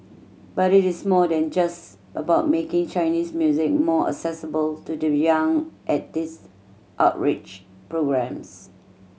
but it is more than just about making Chinese music more accessible to the young at these outreach programmes